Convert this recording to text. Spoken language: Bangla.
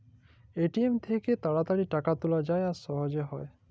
এ.টি.এম থ্যাইকে তাড়াতাড়ি টাকা তুলা যায় আর সহজে হ্যয়